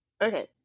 Okay